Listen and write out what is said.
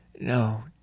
No